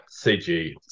CG